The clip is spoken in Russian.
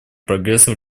прогресса